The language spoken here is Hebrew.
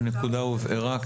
הנקודה הובהרה.